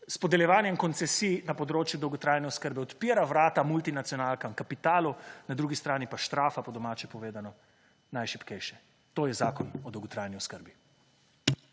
podeljevanjem koncesij na področju dolgotrajne oskrbe odpira vrata multinacionalkam, kapitalu, na drugi strani pa »štrafa« po domače povedano, najšibkejše. To je Zakon o dolgotrajni oskrbi.